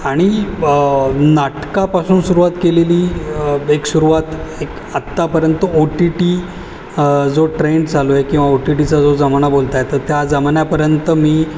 आणि नाटकापासून सुरुवात केलेली एक सुरुवात एक आत्तापर्यंत ओ टी टी जो ट्रेंड चालूए किंवा ओ टी टीचा जो जमाना बोलत आहेत तर त्या जमापर्यंत मी